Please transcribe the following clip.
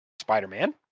Spider-Man